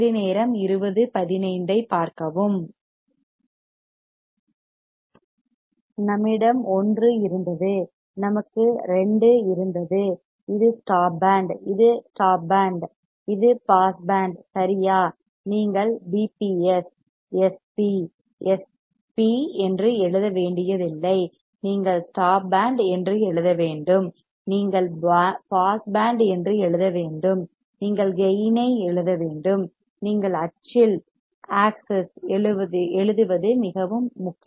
நம்மிடம் 1 இருந்தது நமக்கு 2 இருந்தது இது ஸ்டாப் பேண்ட் இது ஸ்டாப் பேண்ட் இது பாஸ் பேண்ட் சரியா நீங்கள் PBS PBS SP SP SP S P என்று எழுத வேண்டியதில்லை நீங்கள் ஸ்டாப் பேண்ட் என்று எழுத வேண்டும் நீங்கள் பாஸ் பேண்ட் என்று எழுத வேண்டும் நீங்கள் கேயின் ஐ எழுத வேண்டும் நீங்கள் அச்சில் axis ஆக்சிஸ் எழுதுவது மிகவும் முக்கியம்